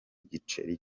giceri